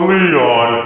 Leon